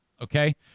okay